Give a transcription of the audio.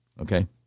okay